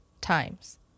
times